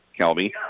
Kelby